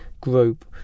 group